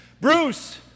Bruce